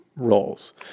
roles